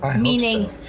meaning